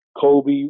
Kobe